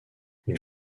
une